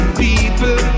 people